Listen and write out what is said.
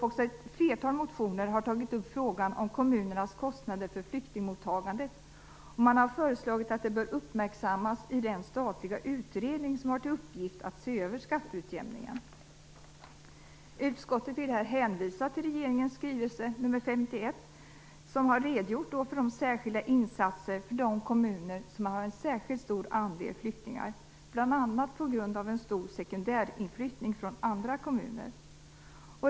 I ett flertal motioner tas frågan om kommunernas kostnader för flyktingmottagandet upp. Man har föreslagit att detta bör uppmärksammas i den statliga utredning som har att till uppgift att se över skatteutjämningen. Utskottet vill här hänvisa till att regeringen i sin skrivelse 51 redogjort för särskilda insatser för de kommuner som har en särskilt stor andel flyktingar, bl.a. på grund av en stor sekundärinflyttning från andra kommuner.